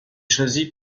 choisi